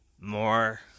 More